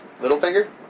Littlefinger